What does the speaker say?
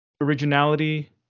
originality